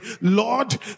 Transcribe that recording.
lord